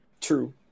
True